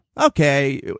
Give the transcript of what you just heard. okay